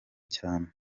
cyane